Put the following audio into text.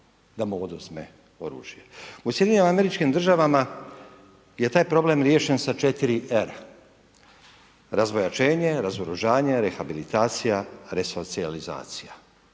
da mu oduzme oružje. U Sjedinjenim Američkim Državama je taj problem riješen sa četiri R, razvojačenje, razoružanje, rehabilitacija, resocijalizacija.